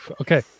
Okay